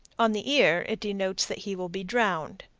on the ear it denotes that he will be drowned.